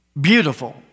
beautiful